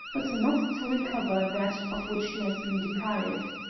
but not to recover that of which he has been deprived.